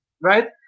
right